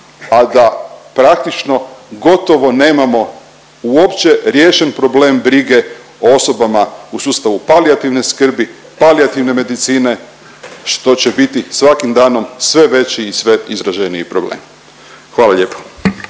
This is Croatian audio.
a da praktično gotovo nemamo uopće riješen problem brige o osobama u sustavu palijativne skrbi, palijativne medicine, što će biti svakim danom sve veći i sve izraženiji problem. Hvala lijepo.